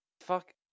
Fuck